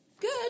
good